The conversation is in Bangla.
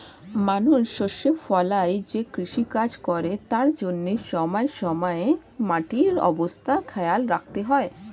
মানুষ শস্য ফলায় যে কৃষিকাজ করে তার জন্যে সময়ে সময়ে মাটির অবস্থা খেয়াল রাখতে হয়